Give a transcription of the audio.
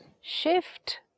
Shift